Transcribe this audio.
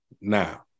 Now